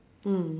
mm